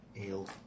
ale